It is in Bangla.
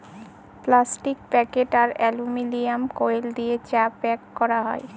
প্লাস্টিক প্যাকেট আর অ্যালুমিনিয়াম ফোয়েল দিয়ে চা প্যাক করা যায়